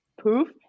poof